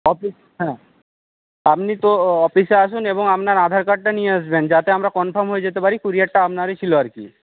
office হ্যাঁ আপনি তো অফিসে আসেন এবং আপনার আধার কার্ডটা নিয়ে আসবেন যাতে আমরা কনফার্ম হয়ে যেতে পারি ক্যুরিয়ারটা আপনারই ছিলো আর কি